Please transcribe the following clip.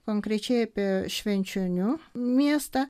konkrečiai apie švenčionių miestą